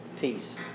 peace